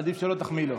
עדיף שלא תחמיא לו.